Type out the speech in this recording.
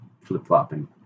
flip-flopping